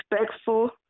respectful